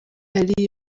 ali